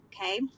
okay